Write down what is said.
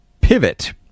pivot